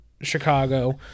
Chicago